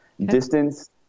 Distance